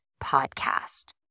Podcast